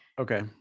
Okay